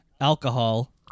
alcohol